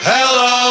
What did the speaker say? Hello